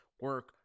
Work